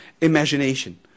imagination